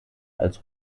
als